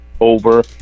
over